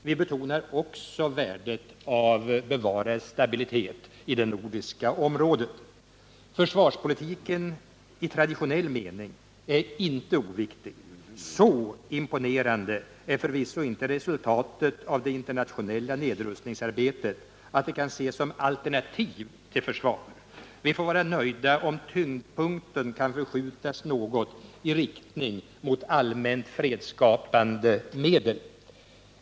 Vi betonar också värdet av bevarad stabilitet i det nordiska området. Försvarspolitiken i traditionell mening är inte oviktig. Så imponerande är förvisso inte resultatet av det internationella nedrustningsarbetet att det kan ses som alternativ till försvar. Vi får vara nöjda, om tyngdpunkten kan förskjutas något i riktning mot allmänt fredsskapande medel.